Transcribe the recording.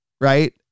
Right